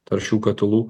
taršių katilų